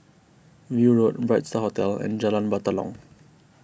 View Road Bright Star Hotel and Jalan Batalong